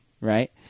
right